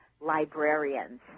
librarians